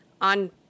on